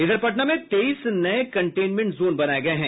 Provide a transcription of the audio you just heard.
उधर पटना में तेईस नये कनटेंमेंट जोन बनाये गये हैं